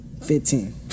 Fifteen